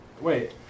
Wait